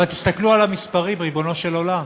אבל תסתכלו על המספרים, ריבונו של עולם,